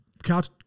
Couch